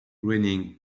running